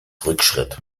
rückschritt